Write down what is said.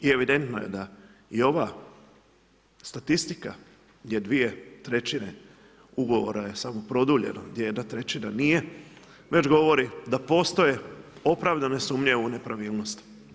I evidentno je da i ova statistika je dvije trećine ugovora samo produljeno gdje jedna trećina nije, već govori da postoje opravdane sumnje u nepravilnost.